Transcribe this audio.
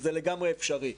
וזה לגמרי אפשרי.